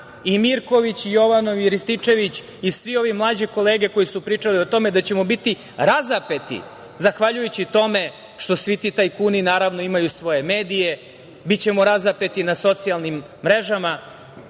i Mirković i Jovanov i Rističević i sve mlađe kolege koje su pričale o tome, da ćemo biti razapeti zahvaljujući tome što svi ti tajkuni, naravno, imaju svoje medije. Bićemo razapeti na socijalnim mrežama,